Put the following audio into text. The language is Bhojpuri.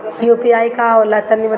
इ यू.पी.आई का होला तनि बताईं?